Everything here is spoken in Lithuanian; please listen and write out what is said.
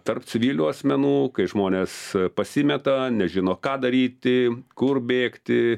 tarp civilių asmenų kai žmonės pasimeta nežino ką daryti kur bėgti